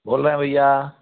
बोल रहें हैं भैया